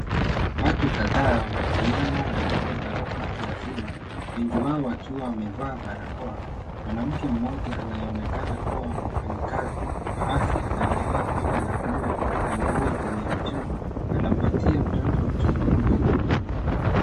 Watu kadhaa—wakiwemo watoto na watu wazima wengi wao wakiwa wamevaa barakoa. Mwanamke mmoja anayeonekana kuwa mfanyikazi wa afya na amevaa koti la bluu na nguo zenye michoro anampatia mtoto kitu mdomoni.